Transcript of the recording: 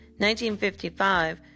1955